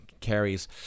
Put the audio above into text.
carries